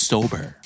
Sober